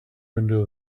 windows